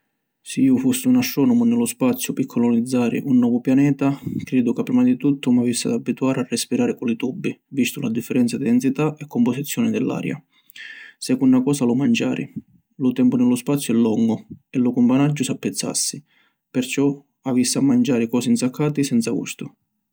Si iu fussi un astronomu ni lu spaziu pi colonizzari un novu pianeta, cridu ca prima di tuttu m’avissi ad abbituari a respirari cu li tubi vistu la differenza di densità e composizioni di l’aria. Secunna cosa lu manciari. Lu tempu ni lu spaziu è longu e lu cumpanaggiu s’appizzassi, perciò avissi a manciari cosi nsaccati senza gustu.